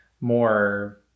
more